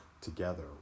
together